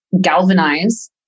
galvanize